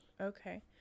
Okay